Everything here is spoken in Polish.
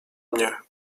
mnie